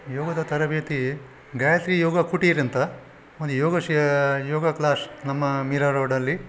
ಯೋಗದ ತರಬೇತಿ ಗಾಯತ್ರಿ ಯೋಗ ಕುಟೀರ ಅಂತ ಒಂದು ಯೋಗ ಶ ಯೋಗ ಕ್ಲಾಶ್ ನಮ್ಮ ಮೀರಾ ರೋಡಲ್ಲಿ